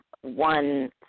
one